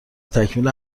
تکمیل